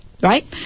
right